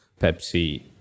Pepsi